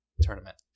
tournament